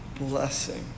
blessing